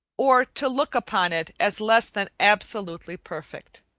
or to look upon it as less than absolutely perfect.